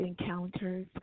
encounters